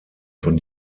von